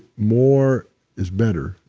more is better,